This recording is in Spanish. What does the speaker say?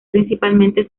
principalmente